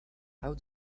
how